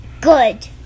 Good